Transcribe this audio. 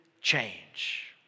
change